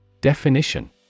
Definition